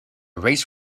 race